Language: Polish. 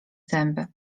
zęby